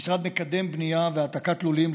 המשרד מקדם בנייה והעתקה של לולים,